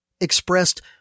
expressed